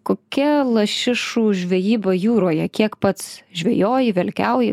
kokia lašišų žvejyba jūroje kiek pats žvejoji velkiauji